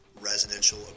residential